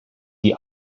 die